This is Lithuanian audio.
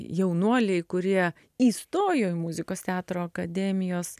jaunuoliai kurie įstojo į muzikos teatro akademijos